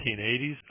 1980s